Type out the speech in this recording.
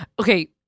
Okay